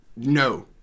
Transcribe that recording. No